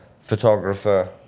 photographer